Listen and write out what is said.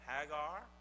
Hagar